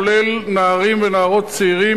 כולל נערים ונערות צעירים,